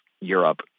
Europe